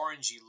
orangey